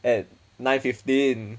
at nine fifteen